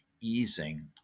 easing